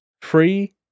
Free